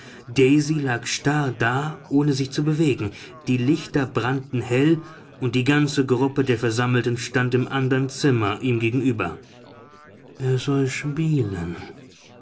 daisy lag starr da ohne sich zu bewegen die lichter brannten hell und die ganze gruppe der versammelten stand im andern zimmer ihm gegenüber er soll spielen